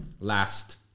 last